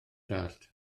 dallt